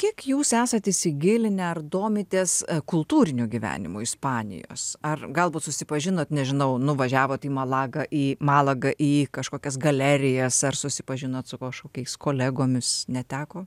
kiek jūs esat įsigilinę ar domitės kultūriniu gyvenimu ispanijos ar galbūt susipažinot nežinau nuvažiavot į malagą į malagą į kažkokias galerijas ar susipažinot su kažkokiais kolegomis neteko